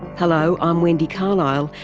hello, i'm wendy carlisle,